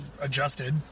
adjusted